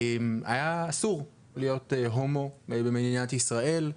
היה אסור להיות הומו במדינת ישראל.